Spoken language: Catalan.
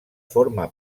forma